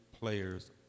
players